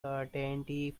certainty